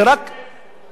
זה רק הגון.